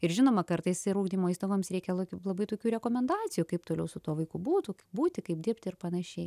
ir žinoma kartais ir ugdymo įstaigoms reikia laukiu labai tokių rekomendacijų kaip toliau su tuo vaiku būti būti kaip dirbti ir panašiai